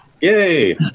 Yay